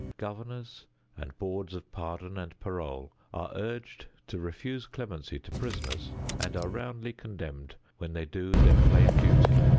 governors and boards of pardon and parole are urged to refuse clemency to prisoners and are roundly condemned when they do their plain duty,